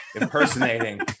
impersonating